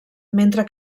mentre